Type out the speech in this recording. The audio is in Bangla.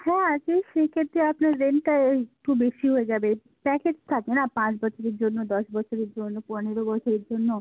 হ্যাঁ সেই সেক্ষেত্রে আপনার রেন্টটা একটু বেশি হয়ে যাবে প্যাকেজ থাকে না পাঁচ বছরের জন্য দশ বছরের জন্য পনেরো বছরের জন্য